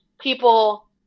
people